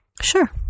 Sure